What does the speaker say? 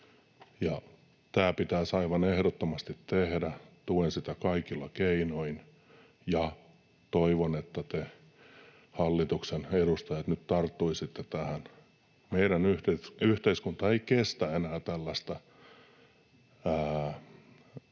Tämä pitäisi aivan ehdottomasti tehdä, ja tuen sitä kaikilla keinoin ja toivon, että te, hallituksen edustajat, nyt tarttuisitte tähän. Meidän yhteiskunta ei kestä enää tällaista